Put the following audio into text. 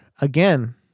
again